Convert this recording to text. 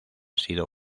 sido